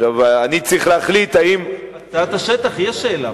עכשיו, אני צריך להחליט, הקצאת השטח, יש שאלה.